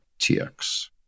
TX